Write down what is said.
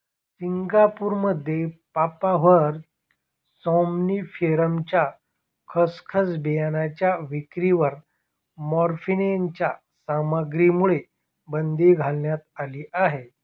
सिंगापूरमध्ये पापाव्हर सॉम्निफेरमच्या खसखस बियाणांच्या विक्रीवर मॉर्फिनच्या सामग्रीमुळे बंदी घालण्यात आली आहे